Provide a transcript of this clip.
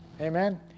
Amen